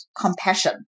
compassion